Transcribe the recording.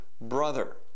brother